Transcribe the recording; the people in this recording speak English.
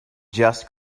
just